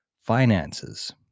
Finances